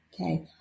Okay